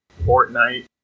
Fortnite